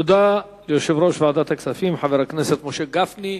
תודה ליושב-ראש ועדת הכספים, חבר הכנסת משה גפני.